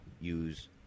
use